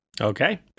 Okay